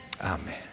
Amen